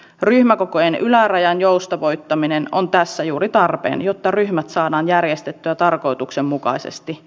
ryhmäkokojen ylärajan joustavoittaminen on tässä juuri tarpeen jotta ryhmät saadaan järjestettyä tarkoituksenmukaisesti